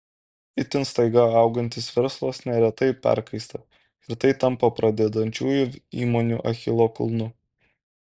itin staiga augantis verslas neretai perkaista ir tai tampa pradedančiųjų įmonių achilo kulnu